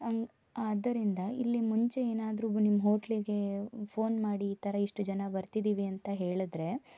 ಆದ್ದರಿಂದ ಇಲ್ಲಿ ಮುಂಚೆ ಏನಾದರೂ ನಿಮ್ಮ ಹೋಟ್ಲಿಗೆ ಫೋನ್ ಮಾಡಿ ಈ ಥರ ಇಷ್ಟು ಜನ ಬರ್ತಿದ್ದೀವಿ ಅಂತ ಹೇಳಿದ್ರೆ